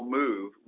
move